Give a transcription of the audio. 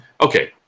okay